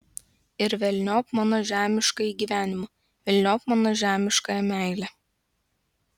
ir velniop mano žemiškąjį gyvenimą velniop mano žemiškąją meilę